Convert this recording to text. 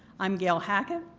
i'm gail hackett,